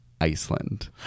Iceland